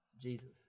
Jesus